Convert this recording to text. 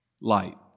light